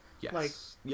Yes